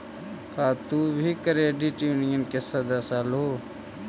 का तुम भी क्रेडिट यूनियन के सदस्य हलहुं?